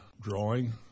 drawing